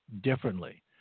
differently